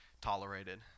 tolerated